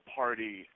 party